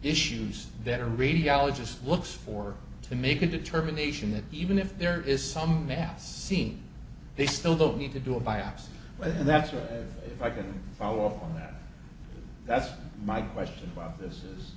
issues that are radiologists looks for to make a determination that even if there is some mass scene they still don't need to do a biopsy and that's why if i can follow up on that that's my question well this is